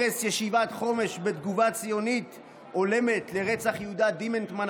הרס ישיבת חומש בתגובה ציונית הולמת לרצח יהודה דימנטמן,